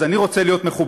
אז אני רוצה להיות מחובר